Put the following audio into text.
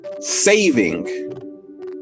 saving